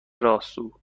راسو